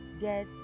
get